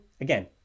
Again